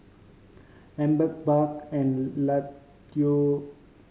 Amber Buck and Latoya